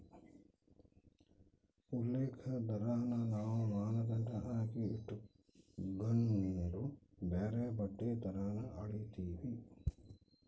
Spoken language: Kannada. ಉಲ್ಲೇಖ ದರಾನ ನಾವು ಮಾನದಂಡ ಆಗಿ ಇಟಗಂಡು ಬ್ಯಾರೆ ಬಡ್ಡಿ ದರಾನ ಅಳೀತೀವಿ